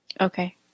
Okay